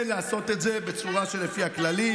כן לעשות את זה בצורה של לפי הכללים,